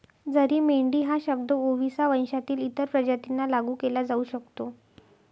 जरी मेंढी हा शब्द ओविसा वंशातील इतर प्रजातींना लागू केला जाऊ शकतो